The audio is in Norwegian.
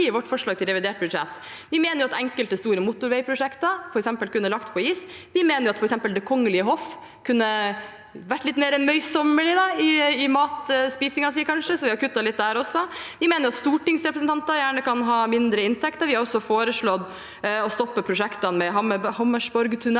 i vårt forslag til revidert budsjett. Vi mener f.eks. at enkelte store motorveiprosjekter kunne blitt lagt på is. Vi mener f.eks. at Det kongelige hoff kanskje kunne vært litt mer nøysomme i matspisingen sin, så vi har kuttet litt der også. Vi mener at stortingsrepresentanter gjerne kan ha mindre inntekter. Vi har også foreslått å stoppe prosjektet med Hammers borgtunnelen